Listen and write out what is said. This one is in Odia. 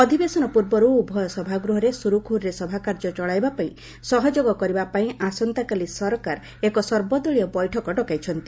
ଅଧିବେଶନ ପୂର୍ବରୁ ଉଭୟ ସଭାଗୃହରେ ସୁରୁଖୁରୁରେ ସଭାକାର୍ଯ୍ୟ ଚଳାଇବା ପାଇଁ ସହଯୋଗ କରିବା ପାଇଁ ଆସନ୍ତାକାଲି ସରକାର ଏକ ସର୍ବଦଳୀୟ ବୈଠକ ଡକାଇଛନ୍ତି